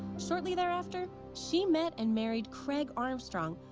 shortly thereafter, she met and married craig armstrong,